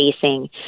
facing